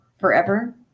forever